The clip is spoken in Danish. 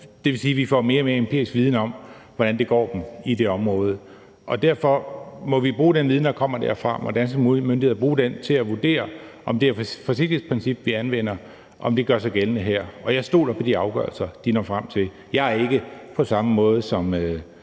det vil sige, at vi får mere og mere empirisk viden om, hvordan det går dem i det område, og derfor må danske myndigheder bruge den viden, der kommer derfra, til at vurdere, om det forsigtighedsprincip, vi anvender, gør sig gældende her. Jeg stoler på de afgørelser, de når frem til, for jeg er ikke på samme måde som